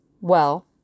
Well